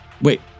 Wait